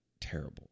terrible